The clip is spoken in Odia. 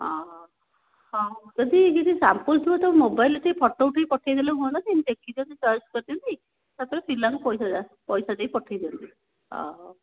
ହଁ ଯଦି କିଛି ସାମ୍ପଲ ଥିବ ତ ମୋବାଇଲରେ ଟିକେ ଫଟୋ ଉଠାଇକି ପଠାଇଦେଲେ ହୁଅନ୍ତାନି ଦେଖି ଦିଅନ୍ତି ଚୟେସ କରିଦିଅନ୍ତି ତାପରେ ପିଲାଙ୍କୁ ପଇସା ଦେଇକି ପଠାଇ ଦିଅନ୍ତି